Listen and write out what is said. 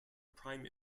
prime